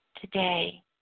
today